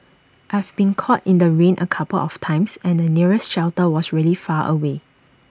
I've been caught in the rain A couple of times and the nearest shelter was really far away